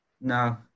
No